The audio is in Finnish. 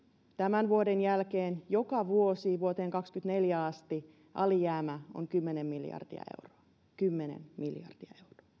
tämän vuoden jälkeen joka vuosi vuoteen kaksikymmentäneljä asti alijäämä on kymmenen miljardia euroa kymmenen miljardia euroa